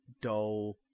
dull